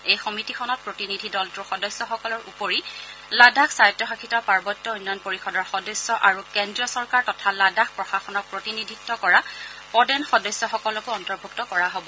এই সমিতিখনত প্ৰতিনিধি দলটোৰ সদস্যসকলৰ উপৰি লাডাখ স্বায়ত্বশাসিত পাৰ্বত্য উন্নয়ন পৰিষদৰ সদস্য আৰু কেন্দ্ৰীয় চৰকাৰ তথা লাডাখ প্ৰশাসনক প্ৰতিনিধত্ব কৰা পদেন সদস্যসকলকো অন্তৰ্ভূক্ত কৰা হ'ব